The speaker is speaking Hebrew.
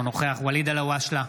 אינו נוכח ואליד אלהואשלה,